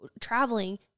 traveling